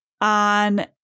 on